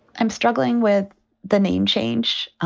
i'm struggling with the name change.